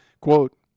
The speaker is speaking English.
Quote